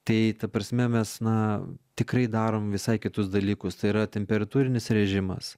tai ta prasme mes na tikrai darom visai kitus dalykus tai yra temperatūrinis režimas